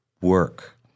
work